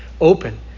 open